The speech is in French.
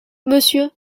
monsieur